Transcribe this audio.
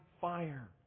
fire